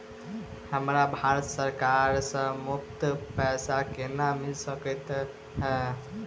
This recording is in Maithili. हमरा भारत सरकार सँ मुफ्त पैसा केना मिल सकै है?